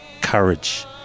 courage